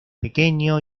pequeño